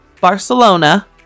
Barcelona